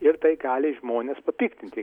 ir tai gali žmones papiktinti